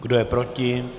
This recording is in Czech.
Kdo je proti?